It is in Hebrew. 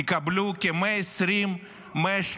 תקבלו כ-120 130